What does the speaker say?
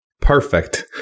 Perfect